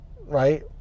right